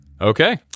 Okay